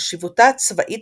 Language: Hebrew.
חשיבותה הצבאית,